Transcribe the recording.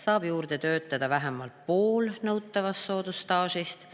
saab juurde töötada vähemalt poole nõutavast soodusstaažist